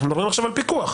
אנחנו מדברים עכשיו על פיקוח.